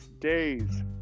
days